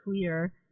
clear